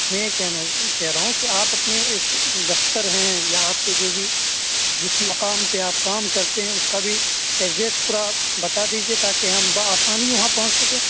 میں یہ کہنا کہہ رہا ہوں کہ آپ اپنے اس دفتر ہیں یا آپ کے جو بھی جس مقام پہ آپ کام کرتے ہیں اس کا بھی ایڈریس پورا بتا دیجیے تاکہ ہم بآسانی وہاں پہنچ سکیں